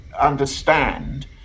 understand